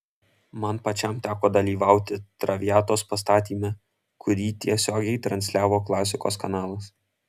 man pačiam teko dalyvauti traviatos pastatyme kurį tiesiogiai transliavo klasikos kanalas